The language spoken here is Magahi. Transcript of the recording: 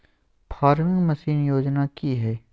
फार्मिंग मसीन योजना कि हैय?